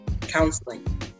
counseling